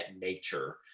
nature